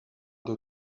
der